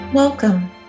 Welcome